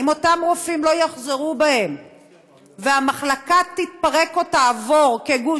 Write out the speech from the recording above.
אם אותם רופאים לא יחזרו בהם והמחלקה תתפרק או תעבור כגוש,